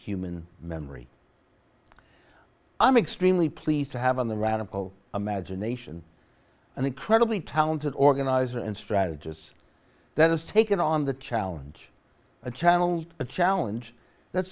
human memory i'm extremely pleased to have in the radical imagination an incredibly talented organizer and strategists that has taken on the challenge of channeled a challenge that